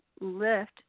lift